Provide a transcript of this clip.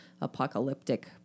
apocalyptic